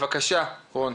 בבקשה רון.